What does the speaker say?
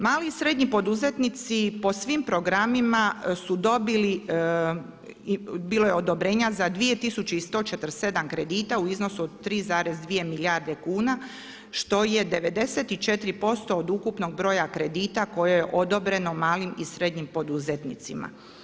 Mali i srednji poduzetnici po svim programima su dobili, bilo je odobrenja za 2147 kredita u iznosu od 3,2 milijarde kuna što je 94% od ukupnog broja kredita koje je odobreno malim i srednjim poduzetnicima.